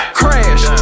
crash